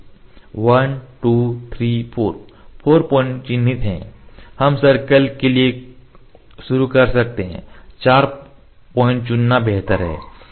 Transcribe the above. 1 2 3 4 4 point चिह्नित हैं हम सर्कल के लिए शुरू कर सकते हैं 4 पॉइंट चुनना बेहतर है